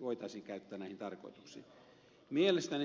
voitaisiin käyttää näihin tarkoituksiin